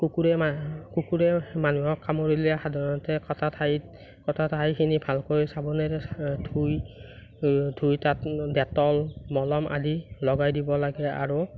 কুকুৰে মা কুকুৰে মানুহক কামুৰিলে সাধাৰণতে কটা ঠাইত কটা ঠাইখিনি ভালকৈ চাবোনেৰে ধুই ধুই তাত ডেটল মলম আদি লগাই দিব লাগে আৰু